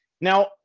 Now